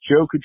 Joe